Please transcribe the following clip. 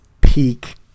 peak